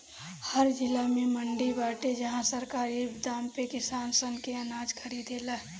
हर जिला में मंडी बाटे जहां सरकारी दाम पे किसान सन के अनाज खरीदाला